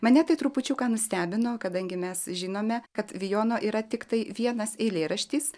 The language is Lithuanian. mane tai trupučiuką nustebino kadangi mes žinome kad vijono yra tiktai vienas eilėraštis